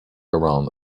around